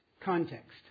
context